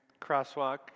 crosswalk